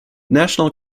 national